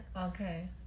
Okay